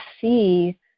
see